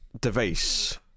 device